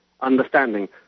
understanding